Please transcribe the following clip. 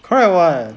correct [what]